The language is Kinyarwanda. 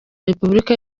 repubulika